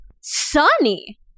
sunny